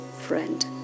friend